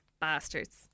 bastards